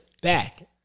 back